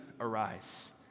arise